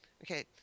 okay